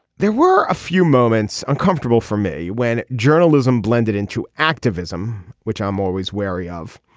there were a few moments uncomfortable for me when journalism blended into activism which i'm always wary of.